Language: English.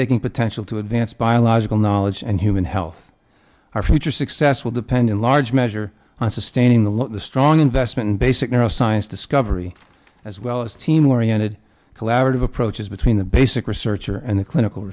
breathtaking potential to advance biological knowledge and human health our future success will depend in large measure on sustaining the look the strong investment in basic narrow science discovery as well as team oriented collaborative approach is between the basic researcher and the clinical